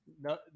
No